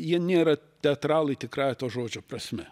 jie nėra teatralai tikrąja to žodžio prasme